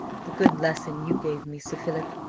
the good lesson you gave me, sir philip,